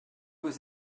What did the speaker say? was